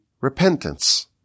repentance